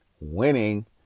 winning